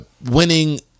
winning